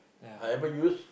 I ever use